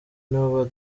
nibo